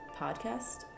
Podcast